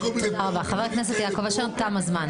תודה רבה, תם הזמן.